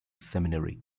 seminary